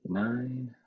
nine